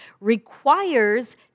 requires